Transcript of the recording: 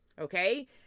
Okay